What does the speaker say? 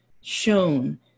shown